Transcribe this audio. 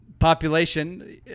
population